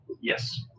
Yes